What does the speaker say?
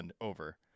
over